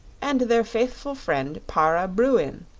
and their faithful friend para bruin,